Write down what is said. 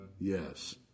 Yes